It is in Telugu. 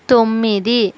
తొమ్మిది